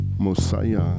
Mosiah